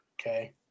okay